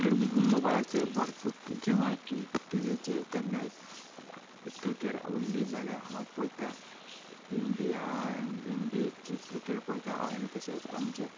मोबायलाचेर भरपूर किंवां टी वीचेर केन्नाय क्रिकेट उल्ली जाल्यार हांव पळयता इंडिया इंडियेची क्रिकेट पळयतां आनी तशेंच आमचे